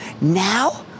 now